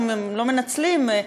אם לא מנצלים,